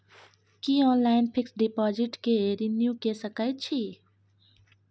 की online fixed deposit के renew के सकै छी?